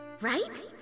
Right